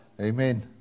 Amen